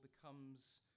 becomes